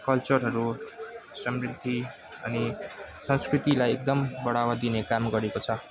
कल्चरहरू समृद्धि अनि संस्कृतिलाई एकदम बढावा दिने काम गरेको छ